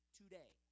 today